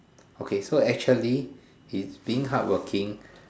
okay so actually he's being hardworking